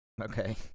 okay